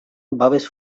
babes